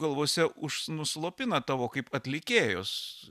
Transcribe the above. galvose už nuslopina tavo kaip atlikėjos